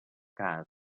cas